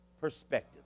perspective